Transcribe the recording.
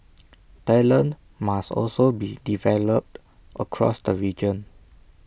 talent must also be developed across the region